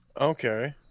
Okay